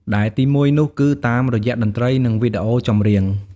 ដែលទីមួយនោះគឺ តាមរយៈតន្ត្រី និងវីដេអូចម្រៀង។